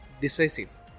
decisive